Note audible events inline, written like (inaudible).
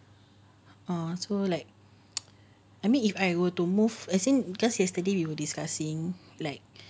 err so like (noise) I mean if I were to move as in just yesterday we were discussing like